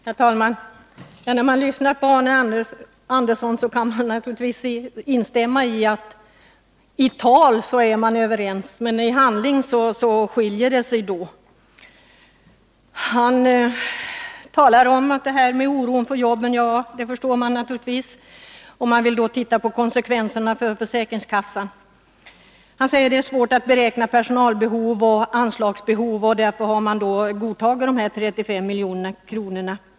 Herr talman! När man lyssnar på Arne Andersson i Gustafs kan man Anslag till riksnaturligtvis instämma i att i tal är vi överens, men i handling skiljer vi oss försäkringsverket åt. och de allmänna Arne Andersson talar om oron för jobben och menar att man naturligtvis försäkringskassorförstår denna oro och att man vill titta på konsekvenserna för försäkringsna m.m. kassorna. Han säger att det är svårt att beräkna personalbehov och anslagsbehov. Därför har man godtagit den föreslagna höjningen om 35 milj.kr.